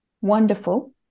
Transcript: Wonderful